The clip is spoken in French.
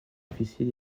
officier